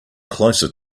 closer